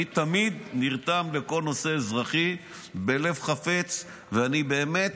אני תמיד נרתם לכל נושא אזרחי בלב חפץ, ואני באמת,